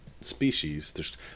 species